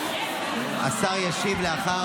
השר ישיב לאחר